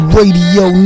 Radio